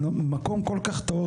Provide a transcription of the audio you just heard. במקום כל כך טוב,